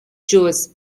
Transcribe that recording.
جزء